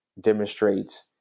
demonstrates